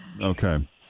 okay